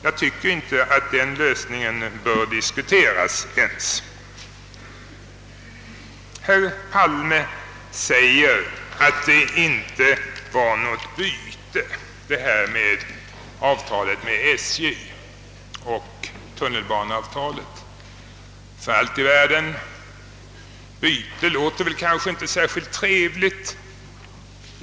Jag tycker inte att den lösningen ens bör diskuteras. Herr Palme säger att det inte var något byte med avtalet med SJ och tunnelbaneavtalet. För allt i världen — byte låter kanske inte särskilt trevligt.